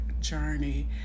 journey